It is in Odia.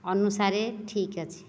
ଅନୁସାରେ ଠିକ୍ ଅଛି